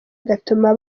igatuma